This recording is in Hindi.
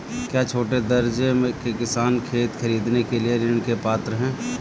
क्या छोटे दर्जे के किसान खेत खरीदने के लिए ऋृण के पात्र हैं?